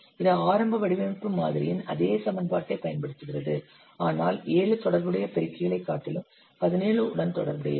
இது ஆரம்ப வடிவமைப்பு மாதிரியின் அதே சமன்பாட்டை பயன்படுத்துகிறது ஆனால் 7 தொடர்புடைய பெருக்கிகளைக் காட்டிலும் 17 உடன் தொடர்புடையது